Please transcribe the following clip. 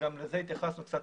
וגם לזה התייחסנו קצת,